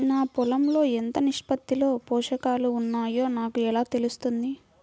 నా పొలం లో ఎంత నిష్పత్తిలో పోషకాలు వున్నాయో నాకు ఎలా తెలుస్తుంది?